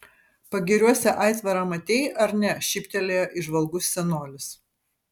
pagiriuose aitvarą matei ar ne šyptelėjo įžvalgus senolis